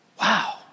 Wow